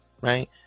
right